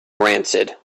rancid